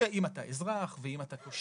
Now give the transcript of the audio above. שאם אתה אזרח או תושב,